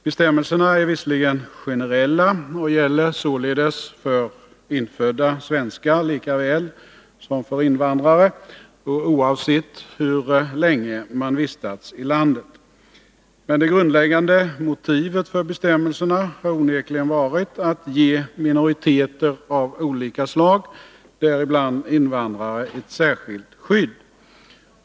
Bestämmelserna är visserligen generella och gäller således för infödda svenskar lika väl som för invandrare och oavsett hur länge man vistats i landet, men det grundläggande motivet för bestämmelserna har onekligen varit att ge minoriteter av olika slag, däribland invandrare, ett särskilt skydd.